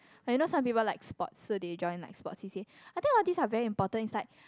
and you know some people like sports so they join like sport C_C_A I think all these are very important is like